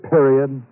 Period